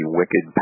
wicked